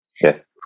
Yes